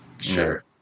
Sure